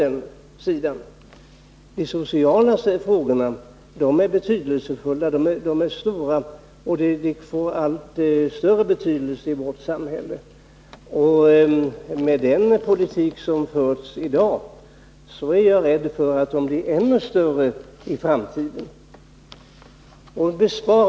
De sociala frågorna är betydelsefulla och får allt större betydelse i vårt samhälle. Med den politik som förs i dag är jag rädd för att frågorna blir ännu större i framtiden.